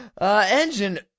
Engine